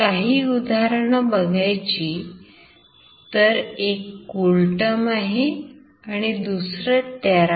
काही उदाहरणे बघायची तर एक CoolTerm आहे आणि दुसरं TeraTerm